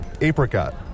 apricot